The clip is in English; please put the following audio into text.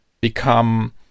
become